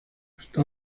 hasta